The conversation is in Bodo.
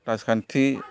राजखान्थि